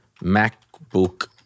MacBook